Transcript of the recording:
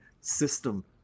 system